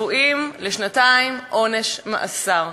צפויים לשנתיים עונש מאסר.